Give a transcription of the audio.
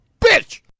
bitch